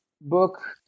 book